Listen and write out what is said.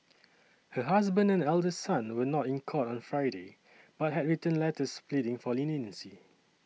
her husband and elder son were not in court on Friday but had written letters pleading for leniency